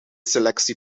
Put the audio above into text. selectie